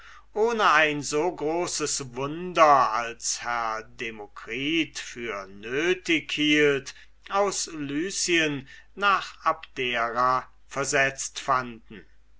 ohne ein so großes wunder als herr demokritus für nötig hielt aus lycien nach abdera versetzt befanden